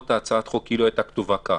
את הצעת החוק כאילו הייתה כתובה כך: